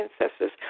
ancestors